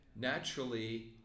Naturally